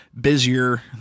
busier